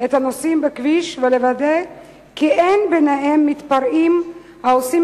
את הנוסעים בכביש ולוודא כי אין ביניהם מתפרעים העושים